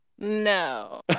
No